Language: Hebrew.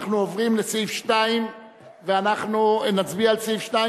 אנחנו עוברים לסעיף 2 ואנחנו נצביע על סעיף 2,